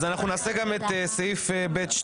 אז אנחנו נעשה גם את סעיף ב(2),